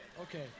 Okay